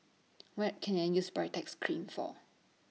What Can I use Baritex Cream For